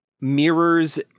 mirrors